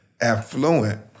affluent